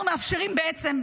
אנחנו מאפשרים בעצם,